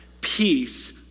peace